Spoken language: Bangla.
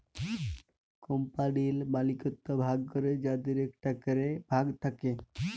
কম্পালির মালিকত্ব ভাগ ক্যরে যাদের একটা ক্যরে ভাগ থাক্যে